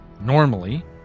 normally